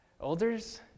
Olders